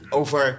over